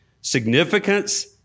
significance